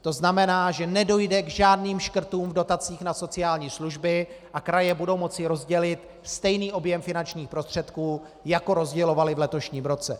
To znamená, že nedojde k žádným škrtům v dotacích na sociální služby a kraje budou moci rozdělit stejný objem finančních prostředků, jako rozdělovaly v letošním roce.